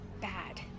bad